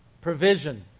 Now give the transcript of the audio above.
provision